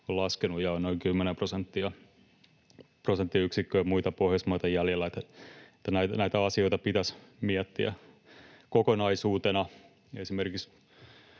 on laskenut ja on noin 10 prosenttiyksikköä muita Pohjoismaita jäljessä, niin että näitä asioita pitäisi miettiä kokonaisuutena. Esimerkiksi